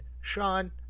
Sean